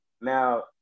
now